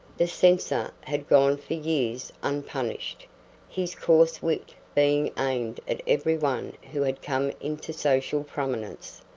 the censor had gone for years unpunished his coarse wit being aimed at every one who had come into social prominence.